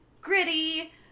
Gritty